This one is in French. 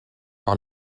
par